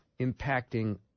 impacting